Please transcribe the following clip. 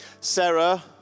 Sarah